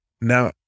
Now